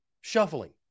shuffling